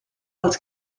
els